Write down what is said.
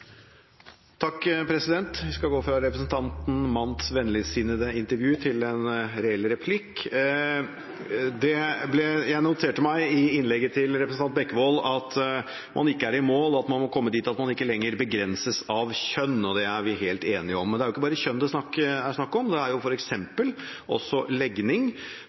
Jeg skal gå fra representanten Mandts vennligsinnede intervju til en reell replikk! Jeg noterte meg i innlegget til representanten Bekkevold at man ikke er i mål, og at man må komme dit at man ikke lenger begrenses av kjønn, og det er vi helt enige om. Men det er ikke bare kjønn det er snakk om, det er f.eks. også legning,